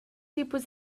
tipus